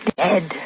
dead